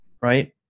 right